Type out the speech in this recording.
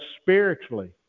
spiritually